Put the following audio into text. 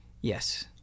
Yes